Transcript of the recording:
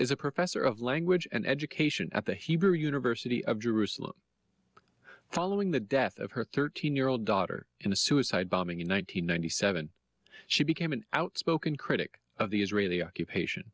is a professor of language and education at the hebrew university of jerusalem following the death of her thirteen year old daughter in a suicide bombing in one thousand nine hundred seven she became an outspoken critic of the israeli occupation